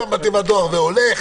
שם בתיבת הדואר והולך.